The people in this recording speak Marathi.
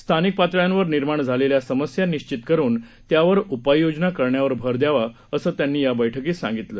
स्थानिक पातळ्यांवर निर्माण झालेल्या समस्या निश्वित करून त्यावर उपाययोजना करण्यावर भर द्यावा असं त्यांनी या बैठकीत सांगितलं